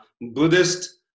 Buddhist